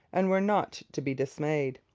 and were not to be dismayed.